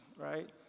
right